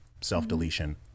self-deletion